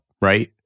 right